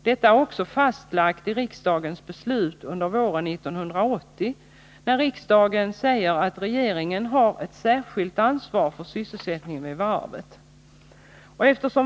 Detta är också fastlagt i riksdagens beslut våren 1980, där riksdagen säger att regeringen har ett särskilt ansvar för sysselsättningen vid varvet.